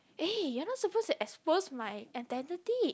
eh you're not supposed to expose my identity